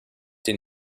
den